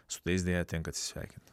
su tais deja tenka atsisveikint